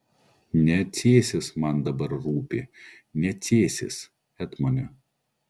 ne cėsis man dabar rūpi ne cėsis etmone